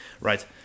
right